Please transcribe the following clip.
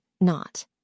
not